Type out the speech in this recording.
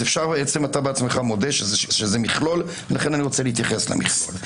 אתה בעצמך מודה שזה מכלול ולכן אני רוצה להתייחס למכלול.